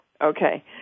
Okay